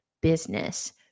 business